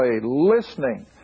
listening